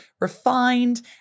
refined